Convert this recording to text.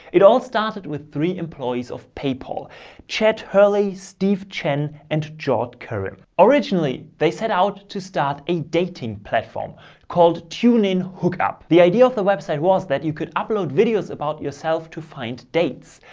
it all started with three employees of paypal chet hurley, steve chen and john kerry. um originally, they set out to start a dating platform called tune in, hook up. the idea of the website was that you could upload videos about yourself to find dates,